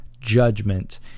judgment